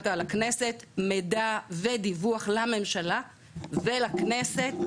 לגבי הכנסת, מידע ודיווח לממשלה ולכנסת,